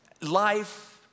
life